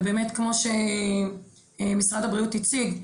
ובאמת כמו שמשרד הבריאות הציג,